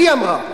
היא אמרה.